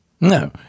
No